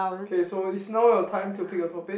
okay so it's now your time to pick a topic